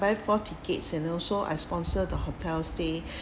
buy four tickets you know so I sponsor the hotel stay